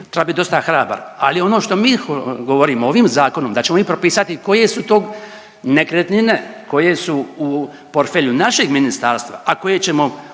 treba bit dosta hrabar. Ali ono što mi govorimo ovim zakonom da ćemo mi propisati koje su to nekretnine, koje su portfelju našeg ministarstva, a koje ćemo utvrditi